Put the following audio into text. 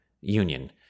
union